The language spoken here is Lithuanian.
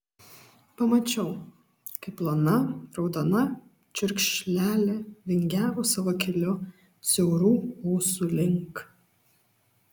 pamačiau kaip plona raudona čiurkšlelė vingiavo savo keliu siaurų ūsų link